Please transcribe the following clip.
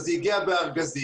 זה הגיע בארגזים,